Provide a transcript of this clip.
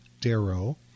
Darrow